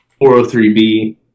403b